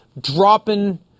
dropping